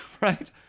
right